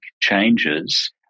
changes